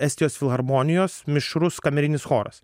estijos filharmonijos mišrus kamerinis choras